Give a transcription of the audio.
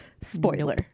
Spoiler